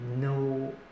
no